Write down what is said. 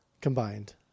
combined